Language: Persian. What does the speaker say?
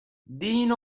دین